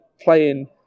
playing